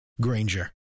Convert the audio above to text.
Granger